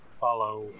follow